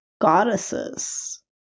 goddesses